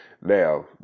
Now